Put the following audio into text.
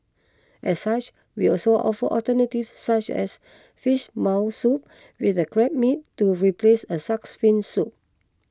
as such we also offer alternatives such as Fish Maw Soup with the Crab Meat to replace a Shark's Fin Soup